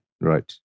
Right